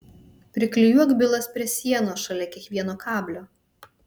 priklijuok bylas prie sienos šalia kiekvieno kablio